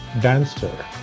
dancer